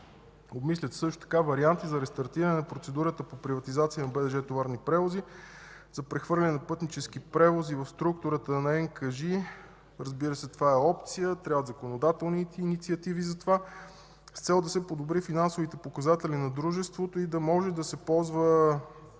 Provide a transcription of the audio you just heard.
Обмислят се също така варианти за рестартиране на процедурата по приватизацията на БДЖ „Товарни превози”, за прехвърляне на „Пътнически превози” в структурата на НКЖИ. Разбира се, това е опция. Трябват законодателни инициативи за това с цел да се подобрят финансовите показатели на дружеството и да може да се ползват